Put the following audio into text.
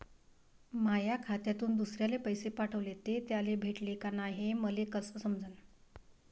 माया खात्यातून दुसऱ्याले पैसे पाठवले, ते त्याले भेटले का नाय हे मले कस समजन?